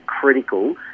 critical